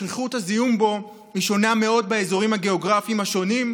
שכיחות הזיהום בו שונה מאוד באזורים הגיאוגרפיים השונים,